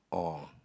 oh